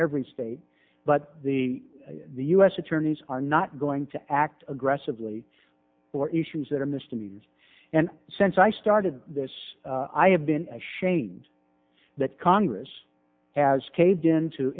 every state but the the u s attorneys are not going to act aggressively or issues that are misdemeanors and since i started this i have been ashamed that congress has caved in to